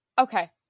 Okay